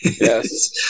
Yes